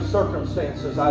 circumstances